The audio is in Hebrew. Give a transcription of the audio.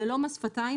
זה לא מס שפתיים.